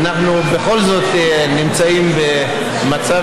אנחנו בכל זאת נמצאים במצב,